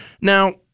Now